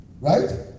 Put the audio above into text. Right